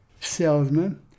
salesman